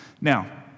Now